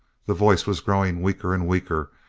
the voice was growing weaker and weaker,